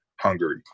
Hungary